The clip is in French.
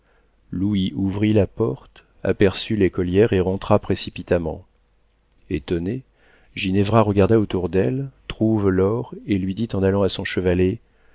louis ouvrit la porte aperçut l'écolière et rentra précipitamment étonnée ginevra regarde autour d'elle trouve laure et lui dit en allant à son chevalet